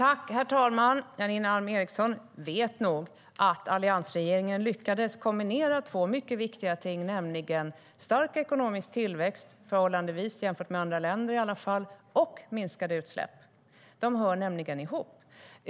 Herr talman! Janine Alm Ericson vet nog att alliansregeringen lyckades kombinera två mycket viktiga ting, nämligen stark ekonomisk tillväxt - i alla fall förhållandevis, jämfört med andra länder - och minskade utsläpp. De hör nämligen ihop.